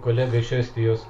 kolega iš estijos